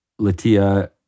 Latia